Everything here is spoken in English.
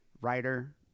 writer